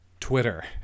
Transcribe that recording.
Twitter